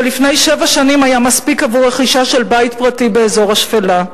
שלפני שבע שנים היה מספיק עבור רכישה של בית פרטי באזור השפלה,